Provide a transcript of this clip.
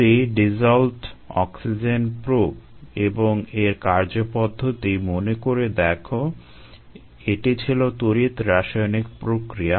যদি dissolved oxygen probe এবং এর কার্যপদ্ধতি মনে করে দেখো এটি ছিল তড়িৎ রাসায়নিক প্রক্রিয়া